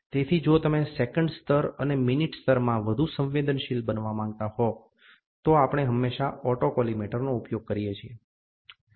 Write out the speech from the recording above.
તેથી જો તમે સેકન્ડ સ્તર અને મિનિટ સ્તરમાં વધુ સંવેદનશીલ બનવા માંગતા હો તો આપણે હંમેશાં ઓટોકોલીમેટરનો ઉપયોગ કરીએ છીએ